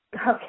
Okay